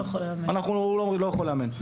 הוא לא יכול לאמן".